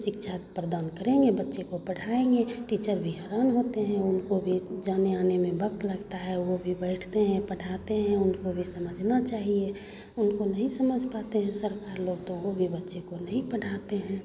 शिक्षा प्रदान करेंगे बच्चे को पढ़ाएँगे टीचर भी हैरान होते हैं उनको भी जाने आने में वक़्त लगता है वो भी बैठते हैं पढ़ाते हैं उनको भी समझना चाहिए उनको नहीं समझ पाते हैं सरकार लोग तो वो भी बच्चे को नहीं पढ़ाते हैं